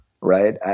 right